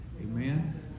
Amen